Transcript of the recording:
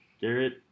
Garrett